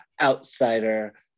outsider